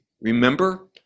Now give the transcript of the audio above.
Remember